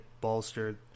bolstered